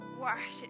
worship